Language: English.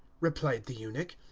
replied the eunuch,